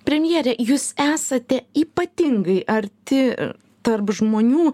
premjere jūs esate ypatingai arti tarp žmonių